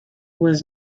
was